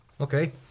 Okay